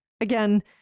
again